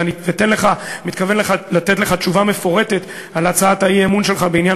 ואני מתכוון לתת לך תשובה מפורטת על הצעת האי-אמון שלך בעניין